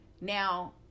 now